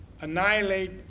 annihilate